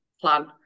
plan